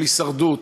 של הישרדות.